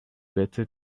better